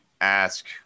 ask